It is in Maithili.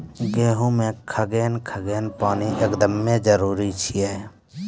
गेहूँ मे कखेन कखेन पानी एकदमें जरुरी छैय?